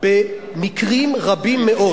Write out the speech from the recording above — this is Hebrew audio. במקרים רבים מאוד.